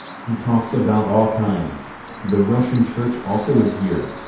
he talks about all kinds the russian church also is here.